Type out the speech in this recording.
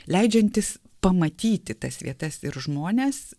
leidžiantys pamatyti tas vietas ir žmones